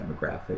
demographic